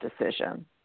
decision